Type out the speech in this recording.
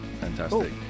Fantastic